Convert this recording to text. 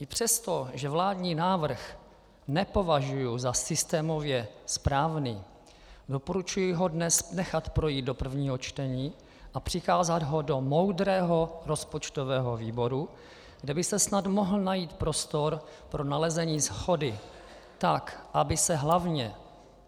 I přesto, že vládní návrh nepovažuji za systémově správný, doporučuji ho dnes nechat projít do prvního čtení a přikázat ho do moudrého rozpočtového výboru, kde by se snad mohl najít prostor pro nalezení shody tak, aby se hlavně